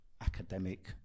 academic